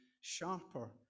sharper